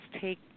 take